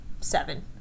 seven